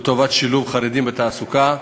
לטובת שילוב חרדים בתעסוקה.